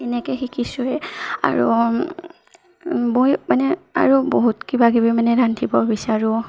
এনেকৈ শিকিছোৱে আৰু মই মানে আৰু বহুত কিবা কিবি মানে ৰান্ধিব বিচাৰোঁ